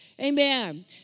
Amen